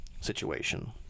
situation